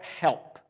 help